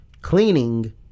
cleaning